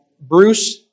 Bruce